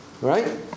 Right